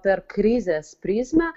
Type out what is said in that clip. per krizės prizmę